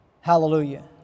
Hallelujah